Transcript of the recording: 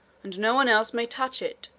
and no one else may touch it,